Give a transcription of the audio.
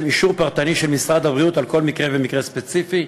אישור פרטני של משרד הבריאות על כל מקרה ומקרה ספציפי,